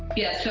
yes, so